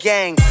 Gang